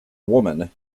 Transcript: woman